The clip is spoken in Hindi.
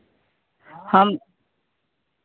हम